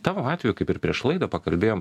tavo atveju kaip ir prieš laidą pakalbėjom